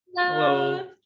Hello